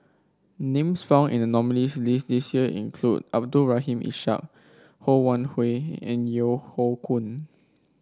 names found in the nominees' list this year include Abdul Rahim Ishak Ho Wan Hui and Yeo Hoe Koon